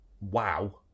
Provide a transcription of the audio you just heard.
wow